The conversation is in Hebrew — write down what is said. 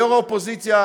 ליושב-ראש האופוזיציה,